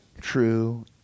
true